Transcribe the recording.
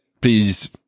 please